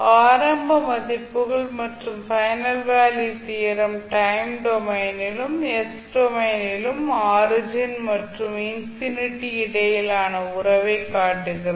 ஆரம்ப மதிப்புகள் மற்றும் பைனல் வேல்யூ தியரம் டைம் டொமைனிலும் s டொமைனிலும் ஆரிஜின் மற்றும் இன்ஃபினிட்டி இடையிலான உறவை காட்டுகிறது